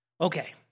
Okay